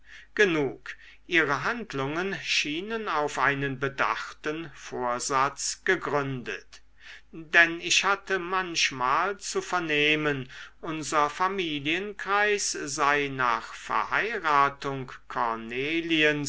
genug ihre handlungen schienen auf einen bedachten vorsatz gegründet denn ich hatte manchmal zu vernehmen unser familienkreis sei nach verheiratung